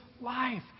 life